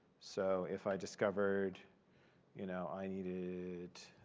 so if i discovered you know i needed